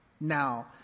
Now